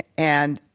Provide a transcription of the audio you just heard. and,